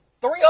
three